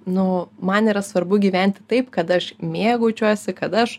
nu man yra svarbu gyventi taip kad aš mėgaučiuosi kad aš